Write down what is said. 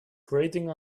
grating